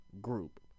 group